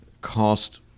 cost